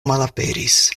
malaperis